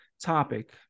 topic